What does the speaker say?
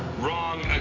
Wrong